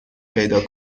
پیدا